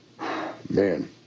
Man